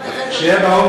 שיהיה ברור